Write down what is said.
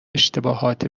اشتباهات